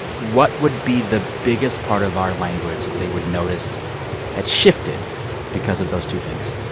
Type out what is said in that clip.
what would be the biggest part of our language that they would notice had shifted because of those two things?